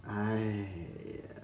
!hais!